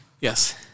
Yes